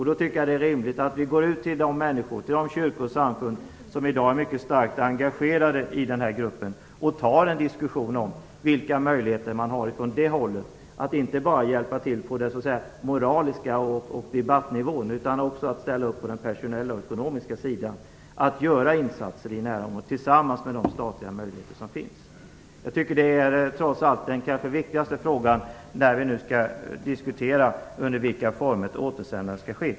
Då är det rimligt att vi går ut till de kyrkor och samfund som i dag är mycket starkt engagerade i den här gruppen och tar en diskussion om vilka möjligheter de har att inte bara hjälpa till på det moraliska planet och på debattnivån utan också att ställa upp på den personella och ekonomiska sidan för att göra insatser i närområdet tillsammans med de statliga möjligheter som finns. Jag tycker trots allt att det är den kanske viktigaste frågan när vi nu skall diskutera under vilka former ett återsändande skall ske.